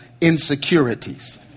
insecurities